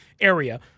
area